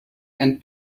and